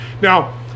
Now